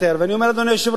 ואני אומר, אדוני היושב-ראש,